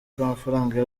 k’amafaranga